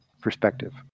perspective